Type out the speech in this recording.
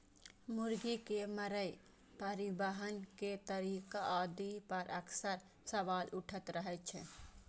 मुर्गी के मारै, परिवहन के तरीका आदि पर अक्सर सवाल उठैत रहै छै